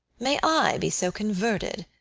may i be so converted,